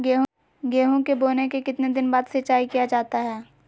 गेंहू के बोने के कितने दिन बाद सिंचाई किया जाता है?